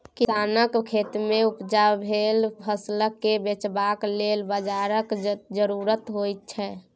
किसानक खेतमे उपजा भेल फसलकेँ बेचबाक लेल बाजारक जरुरत होइत छै